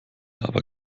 aber